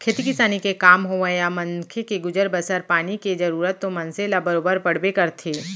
खेती किसानी के काम होवय या मनखे के गुजर बसर पानी के जरूरत तो मनसे ल बरोबर पड़बे करथे